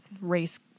race